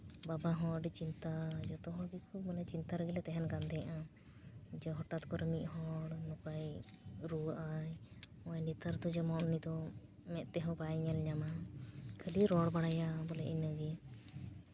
ᱵᱟᱵᱟ ᱦᱚᱸ ᱟᱹᱰᱤ ᱪᱤᱱᱛᱟᱹ ᱡᱚᱛᱚ ᱦᱚᱲ ᱜᱮᱠᱚ ᱢᱟᱱᱮ ᱪᱤᱱᱛᱟ ᱨᱮᱜᱮ ᱞᱮ ᱛᱟᱦᱮᱱ ᱠᱟᱱ ᱛᱟᱦᱮᱸᱜᱼᱟ ᱦᱚᱴᱟᱛ ᱠᱚᱨᱮ ᱢᱤᱫ ᱦᱚᱲ ᱱᱚᱝᱠᱟᱭ ᱨᱩᱣᱟᱹᱜ ᱟᱭ ᱱᱚᱜᱼᱚᱭ ᱱᱮᱛᱟᱨ ᱫᱚ ᱡᱮᱢᱚᱱ ᱩᱱᱤ ᱫᱚ ᱢᱮᱫ ᱛᱮᱦᱚᱸ ᱵᱟᱭ ᱧᱮᱞ ᱧᱟᱢᱟ ᱠᱷᱟᱹᱞᱤ ᱨᱚᱲ ᱵᱟᱲᱟᱭᱟ ᱵᱚᱞᱮ ᱤᱱᱟᱹᱜᱮ